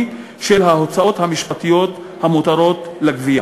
של ההוצאות המשפטיות המותרות לגבייה.